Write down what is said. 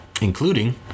Including